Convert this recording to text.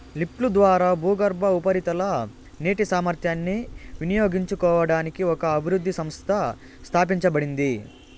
లిఫ్ట్ల ద్వారా భూగర్భ, ఉపరితల నీటి సామర్థ్యాన్ని వినియోగించుకోవడానికి ఒక అభివృద్ధి సంస్థ స్థాపించబడింది